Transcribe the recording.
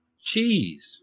Cheese